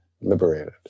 liberated